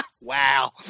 Wow